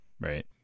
Right